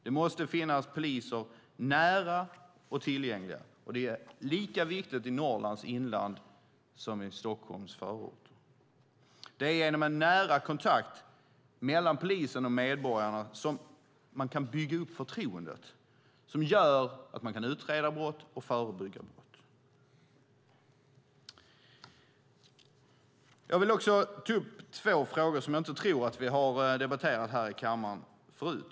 Det måste finnas poliser nära och tillgängliga, och det är lika viktigt i Norrlands inland som i Stockholms förorter. Det är genom en nära kontakt mellan polisen och medborgarna som man kan bygga upp förtroendet som gör att man kan utreda brott och förebygga brott. Jag vill också ta upp två frågor som jag tror att vi inte har debatterat här i kammaren förut.